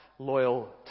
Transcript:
Loyal